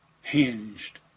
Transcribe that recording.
hinged